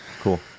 Cool